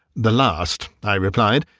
the last, i replied,